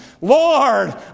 Lord